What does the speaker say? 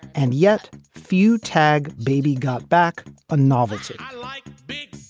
and yet few tag. baby got back a novelty ah like big.